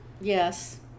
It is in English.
Yes